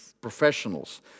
professionals